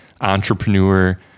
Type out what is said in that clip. entrepreneur